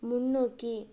முன்னோக்கி